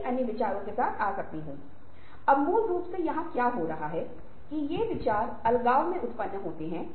इसलिए अन्य पार्टी हित भी बहुत महत्वपूर्ण है यह महत्वपूर्ण नहीं है कि बातचीत में केवल हम अपनी रुचि के बारे में सोचते हैं